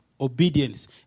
obedience